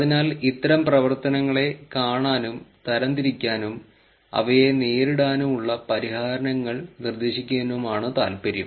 അതിനാൽ ഇത്തരം പ്രവർത്തനങ്ങളെ കാണാനും തരംതിരിക്കാനും അവയെ നേരിടാനുള്ള പരിഹാരങ്ങൾ നിർദ്ദേശിക്കാനുമാണ് താൽപര്യം